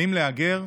האם להגר?